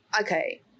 okay